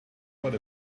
what